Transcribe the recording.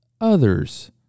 others